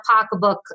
pocketbook